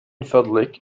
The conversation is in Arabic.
فضلك